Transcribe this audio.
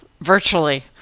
virtually